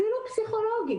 אפילו פסיכולוגים,